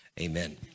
amen